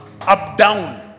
up-down